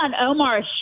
Omar